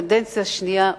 קדנציה שנייה,